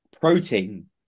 Protein